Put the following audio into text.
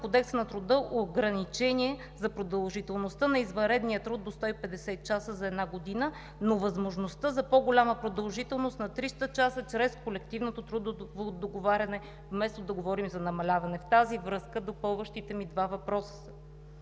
Кодекса на труда „ограничение за продължителността на извънредния труд до 150 часа за една година“, но възможността за по-голяма продължителност на 300 часа чрез колективното трудово договаряне вместо да говорим за намаляване. Уважаеми господин Министър, допълващите ми два въпроса са: